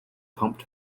pumped